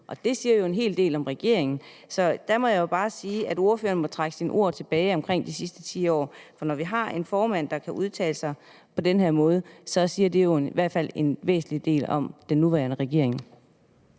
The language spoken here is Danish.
Det siger jo en hel del om regeringen, så der må jeg bare sige, at ordføreren må trække sine ord tilbage om de sidste 10 år. For når vi har en formand, der kan udtale sig på den måde, siger det jo i hvert fald noget væsentligt om den nuværende regering.